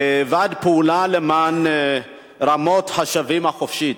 ועד פעולה למען רמות-השבים החופשית.